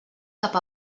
cap